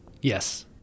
Yes